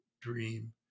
Dream